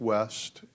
West